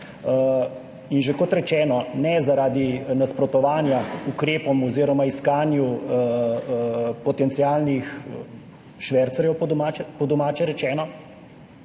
kot že rečeno, ne zaradi nasprotovanja ukrepom oziroma iskanju potencialnih švercarjev, po domače rečeno,